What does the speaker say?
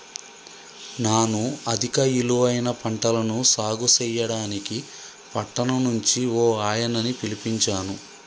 నాను అధిక ఇలువైన పంటలను సాగు సెయ్యడానికి పట్టణం నుంచి ఓ ఆయనని పిలిపించాను